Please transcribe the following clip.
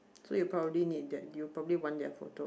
so you probably need that you probably want that photo